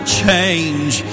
change